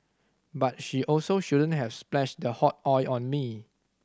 but she also shouldn't have splashed the hot oil on me